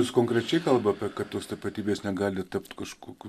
jis konkrečiai kalba apie kad tos tapatybės negali tapti kažkokiu